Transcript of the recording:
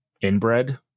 inbred